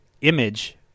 image